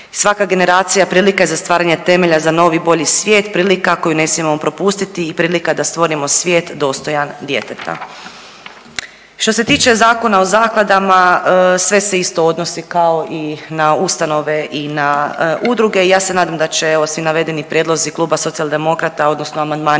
Svaka generacija prilika je za stvaranje temelja za novi i bolji svijet, prilika koju ne smijemo propustiti i prilika da stvorimo svijet dostojan djeteta. Što se tiče Zakona o zakladama sve se isto odnosi kao i na ustanove i na udruge i ja se nadam da će evo svi navedeni prijedlozi Kluba Socijaldemokrata odnosno amandmani